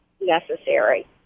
necessary